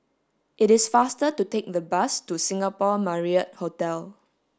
it is faster to take the bus to Singapore Marriott Hotel